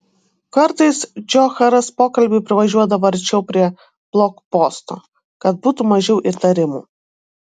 kartais džocharas pokalbiui privažiuodavo arčiau prie blokposto kad būtų mažiau įtarimų